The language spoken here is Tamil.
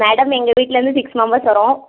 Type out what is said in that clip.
மேடம் எங்கள் வீட்டுலேருந்து சிக்ஸ் மெம்பர்ஸ் வர்றோம்